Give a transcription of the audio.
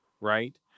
right